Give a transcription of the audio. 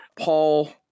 paul